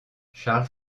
charles